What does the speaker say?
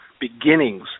beginnings